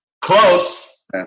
close